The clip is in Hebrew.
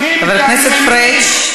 בהקראה המהירה,